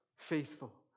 Faithful